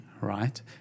right